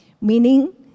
meaning